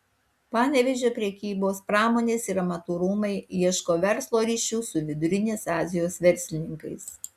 panevėžio prekybos pramonės ir amatų rūmai ieško verslo ryšių su vidurinės azijos verslininkais